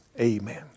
amen